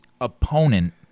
opponent